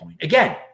Again